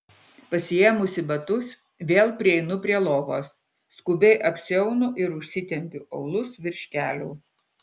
pasiėmusi batus vėl prieinu prie lovos skubiai apsiaunu ir užsitempiu aulus virš kelių